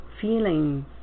feelings